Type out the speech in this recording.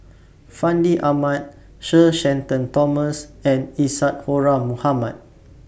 Fandi Ahmad Sir Shenton Thomas and Isadhora Mohamed